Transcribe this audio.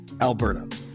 Alberta